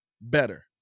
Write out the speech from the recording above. better